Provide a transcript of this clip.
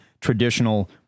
traditional